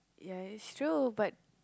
ya it's true but